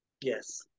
Yes